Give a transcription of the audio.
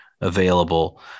available